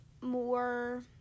more